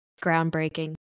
Groundbreaking